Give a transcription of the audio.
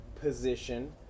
position